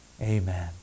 Amen